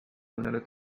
mõnele